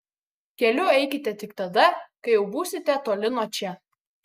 keliu eikite tik tada kai jau būsite toli nuo čia